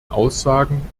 aussagen